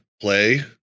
play